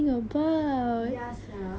ya sia